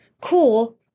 cool